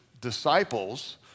disciples